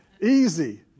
Easy